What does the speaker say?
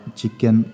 chicken